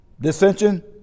dissension